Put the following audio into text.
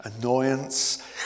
annoyance